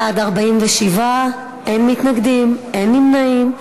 בעד, 47, אין מתנגדים, אין נמנעים.